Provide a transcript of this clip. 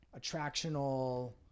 attractional